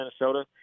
Minnesota